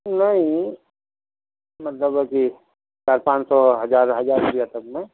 نہیں مطلب ابھی چار پانچ سو ہزار ہزار روپیہ تک میں